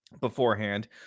beforehand